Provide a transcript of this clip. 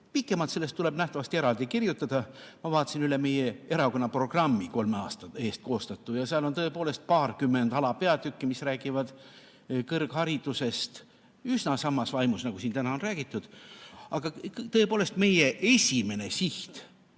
Pikemalt tuleb sellest nähtavasti eraldi kirjutada. Ma vaatasin üle meie erakonna programmi, kolme aasta eest koostatu. Seal on tõepoolest paarkümmend alapeatükki, mis räägivad kõrgharidusest üsna samas vaimus, nagu siin täna on räägitud. Aga tõepoolest, meie esimene siht